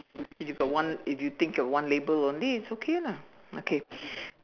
if you got one if you think you are one label only it's okay lah okay